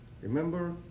Remember